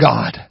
God